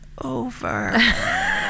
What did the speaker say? over